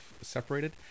separated